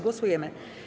Głosujemy.